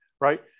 Right